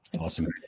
awesome